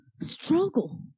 struggle